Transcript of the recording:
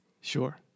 Sure